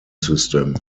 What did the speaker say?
system